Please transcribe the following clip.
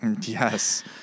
Yes